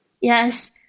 Yes